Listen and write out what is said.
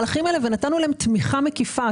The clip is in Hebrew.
ונתנו להם תמיכה מקיפה.